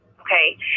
Okay